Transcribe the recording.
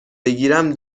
بگیرم